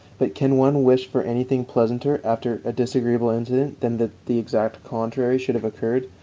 but can one wish for anything pleasanter after a disagreeable incident than that the exact contrary should have occurred,